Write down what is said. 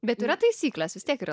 bet yra taisyklės vis tiek yra